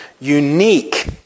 unique